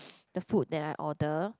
the food that I ordered